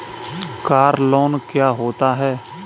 Car loan क्या होता है?